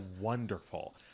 wonderful